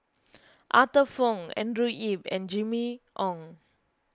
Arthur Fong Andrew Yip and Jimmy Ong